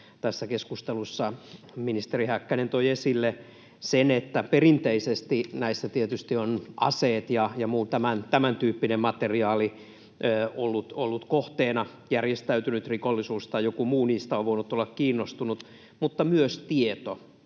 Tässä keskustelussa ministeri Häkkänen toi esille sen, että perinteisesti näissä tietysti ovat aseet ja muu tämäntyyppinen materiaali olleet kohteena, järjestäytynyt rikollisuus tai joku muu niistä on voinut olla kiinnostunut, mutta myös tieto,